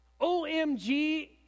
OMG